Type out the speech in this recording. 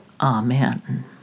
Amen